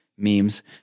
Memes